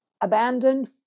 abandoned